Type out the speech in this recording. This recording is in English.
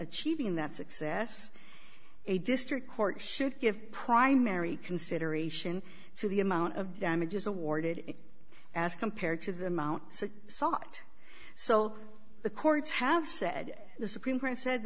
achieving that success a district court should give primary consideration to the amount of damages awarded as compared to the amount sought so the courts have said the supreme court said